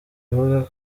ivuga